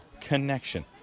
connection